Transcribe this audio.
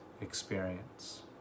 experience